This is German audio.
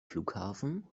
flughafen